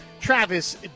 Travis